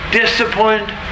disciplined